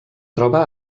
troba